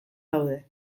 daude